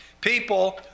people